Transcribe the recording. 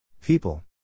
people